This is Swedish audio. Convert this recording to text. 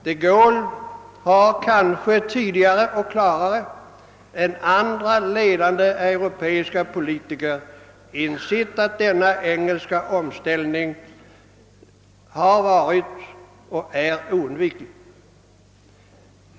De Gaulle har kanske tidigare och klarare än andra ledande europeiska politiker insett att denna engelska omställning har varit och är oundviklig.